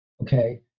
okay